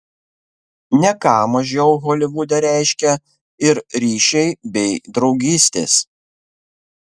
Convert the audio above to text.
ne ką mažiau holivude reiškia ir ryšiai bei draugystės